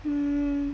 um